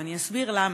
ואני אסביר למה.